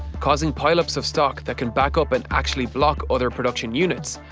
causing pile ups of stock that can back up and actually block other production units,